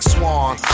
Swan